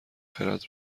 خرد